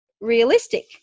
realistic